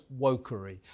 wokery